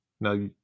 Now